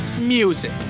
music